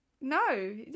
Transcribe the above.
No